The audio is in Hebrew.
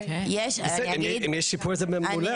אם יש שיפור זה מעולה.